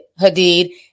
Hadid